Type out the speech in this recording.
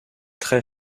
très